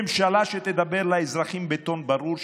ממשלה שתדבר לאזרחים בטון ברור,